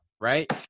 right